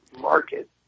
market